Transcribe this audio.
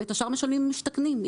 ואת השאר משלמים המשתכנים.